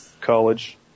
college